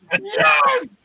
Yes